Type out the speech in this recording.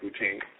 routine